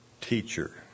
teacher